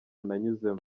nanyuzemo